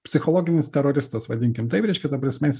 psichologinis teroristas vadinkim taip reiškia ta prasme jis